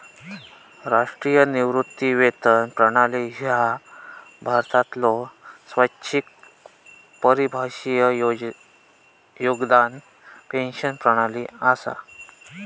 राष्ट्रीय निवृत्ती वेतन प्रणाली ह्या भारतातलो स्वैच्छिक परिभाषित योगदान पेन्शन प्रणाली असा